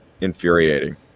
infuriating